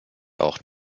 auch